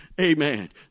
amen